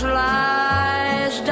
lies